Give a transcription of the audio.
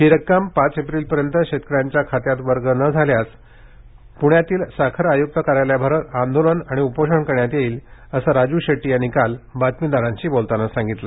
ही रक्कम येत्या पाच एप्रिलपर्यंत शेतकऱ्यांच्या खात्यात वर्ग न झाल्यास पुण्यातील साखर आयुक्त कार्यालयाबाहेर आंदोलन आणि उपोषण करण्यात येईल असं राजू शेट्टी यांनी काल पत्रकारांशी बोलताना सांगितलं